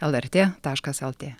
lrt taškas lt